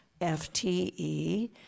FTE